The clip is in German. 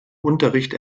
unterricht